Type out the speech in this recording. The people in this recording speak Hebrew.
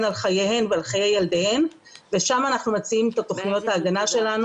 על חייהן ועל חיי ילדיהן ושם אנחנו מציעים את תוכניות ההגנה שלנו